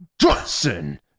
Johnson